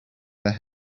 their